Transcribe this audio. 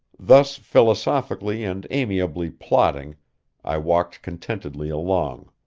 thus philosophically and amiably plotting i walked contentedly along,